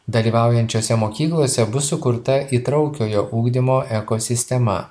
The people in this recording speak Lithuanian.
dalyvaujančiose mokyklose bus sukurta įtraukiojo ugdymo ekosistema